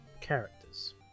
characters